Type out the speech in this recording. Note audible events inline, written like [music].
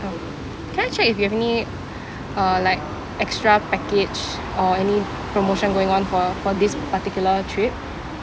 um can I check if you have any [breath] uh like extra package or any promotion going on for for this particular trip